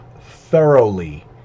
thoroughly